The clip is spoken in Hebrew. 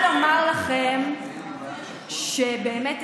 התפנו לנו 53 מיליארד.